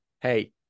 Hey